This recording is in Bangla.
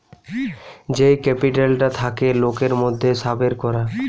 যেই ক্যাপিটালটা থাকে লোকের মধ্যে সাবের করা